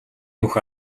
нүх